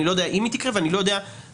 אני לא יודע אם היא תקרה ואני לא יודע מה